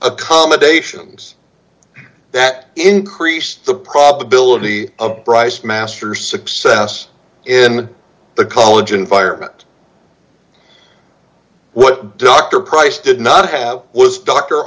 accommodations that increased the probability of price master success in the college environment what doctor price did not have was d